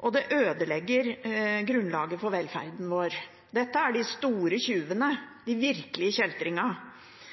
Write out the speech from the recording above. og det ødelegger grunnlaget for velferden vår. Dette er de store